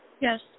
Yes